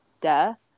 death